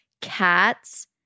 cats